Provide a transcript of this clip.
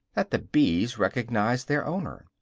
that the bees recognize their owner,